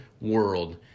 world